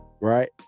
Right